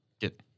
get